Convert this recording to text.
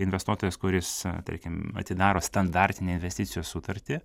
investuotojas kuris tarkim atidaro standartinę investicijų sutartį